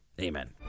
Amen